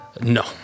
No